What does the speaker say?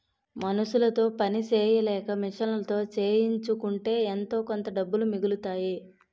మనుసులతో పని సెయ్యలేక మిషన్లతో చేయించుకుంటే ఎంతోకొంత డబ్బులు మిగులుతాయి